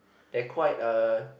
they're quite uh